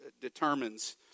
determines